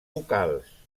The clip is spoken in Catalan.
vocals